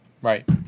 Right